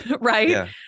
right